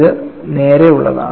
ഇത് നേരെ ഉള്ളതാണ്